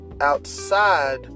Outside